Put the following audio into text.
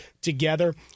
together